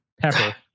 pepper